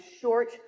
short